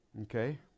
Okay